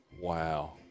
Wow